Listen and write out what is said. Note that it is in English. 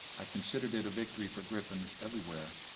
i considered it a victory for griffins everywhere.